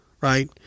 right –